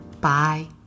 Bye